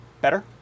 better